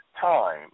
time